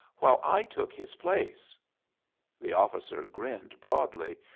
while i took his place the officer grinned broadly,